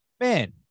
Man